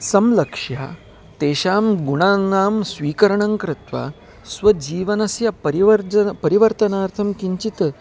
संलक्ष्य तेषां गुणानां स्वीकरणं कृत्वा स्वजीवनस्य परिवर्जनं परिवर्तनार्थं किञ्चित्